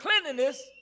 cleanliness